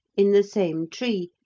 in the same tree,